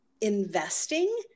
investing